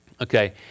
Okay